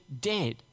dead